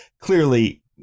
clearly